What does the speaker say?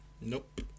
Nope